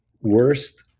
worst